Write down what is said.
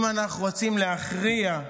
אם אנחנו רוצים להכריע,